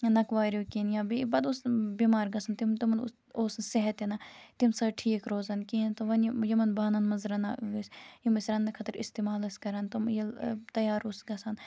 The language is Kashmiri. نقوارٮ۪و کِنۍ یا بیٚیہِ پَتہٕ اوس بٮ۪مار گَژھان تِم تِمَن اوس اوس نہٕ صحت تہِ نہٕ تمہِ سۭتۍ ٹھیک روزان کِہیٖنۍ تہٕ وۄنۍ یِم یِمَن بانَن مَنٛز رَنان ٲسۍ یِم أسۍ رَننہٕ خٲطرٕ استعمال ٲسۍ کَران تِم ییٚلہِ تیار اوس گَژھان